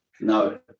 no